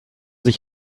sich